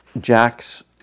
Jack's